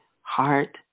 heart